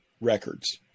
records